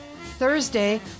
Thursday